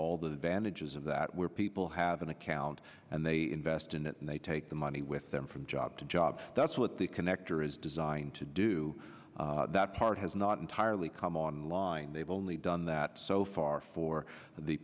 all the advantages of that where people have an account and they invest in it and they take the money with them from job to job that's what the connector is designed to do that part has not entirely come on line they've only done that so far for the